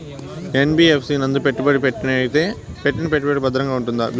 NBFC నందు పెట్టుబడి పెట్టినట్టయితే పెట్టిన పెట్టుబడికి భద్రంగా ఉంటుందా?